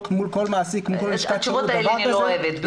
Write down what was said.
מול כל לשכת שירות דבר כזה --- אני לא אוהבת את התשובות האלה.